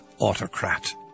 autocrat